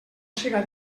siga